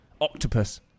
Octopus